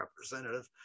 representative